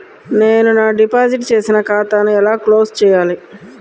నేను నా డిపాజిట్ చేసిన ఖాతాను ఎలా క్లోజ్ చేయాలి?